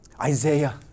Isaiah